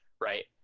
Right